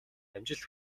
амжилт